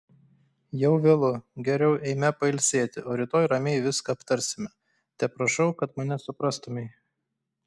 jau vėlu geriau eime pailsėti o rytoj ramiai viską aptarsime teprašau kad mane suprastumei